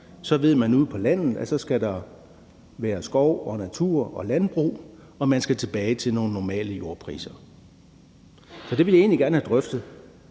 og man ude på landet så ved, at der skal være skov og natur og landbrug, og at man skal vende tilbage til nogle normale jordpriser. Så det ville jeg egentlig gerne have drøftet,